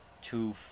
two